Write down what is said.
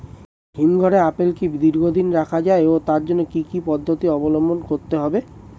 হিমঘরে আপেল কি দীর্ঘদিন রাখা যায় ও তার জন্য কি কি পদ্ধতি অবলম্বন করতে হবে?